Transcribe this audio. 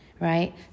right